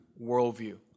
worldview